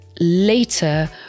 later